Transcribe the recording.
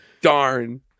Darn